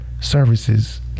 services